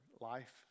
life